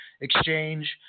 exchange